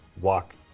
walk